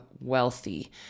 wealthy